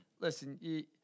Listen